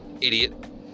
idiot